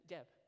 Deb